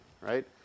right